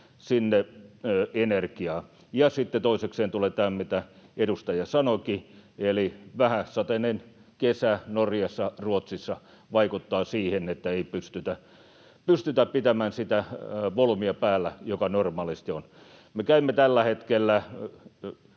energiaa. Sitten toisekseen tulee tämä, mitä edustaja sanoikin, eli vähäsateinen kesä Norjassa, Ruotsissa vaikuttaa siihen, että ei pystytä pitämään päällä sitä volyymia, joka normaalisti on. Me käymme tällä hetkellä